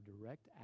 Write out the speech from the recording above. direct